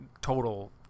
total